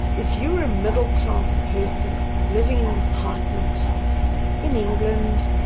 if you were a middle class person living in an apartment in england,